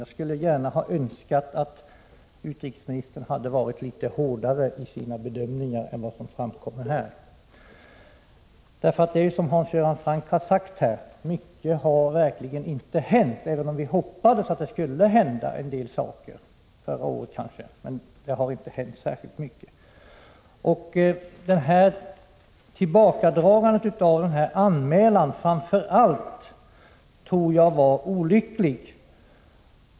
Jag skulle gärna ha önskat att utrikesministern hade varit litet hårdare i sina bedömningar än som framkommer här. Som Hans Göran Franck har sagt: Mycket har verkligen inte hänt, även om vi kanske hoppades att det skulle hända en del saker förra året. Jag tror framför allt att återkallandet av den anmälan som hade gjorts mot Turkiet var olyckligt.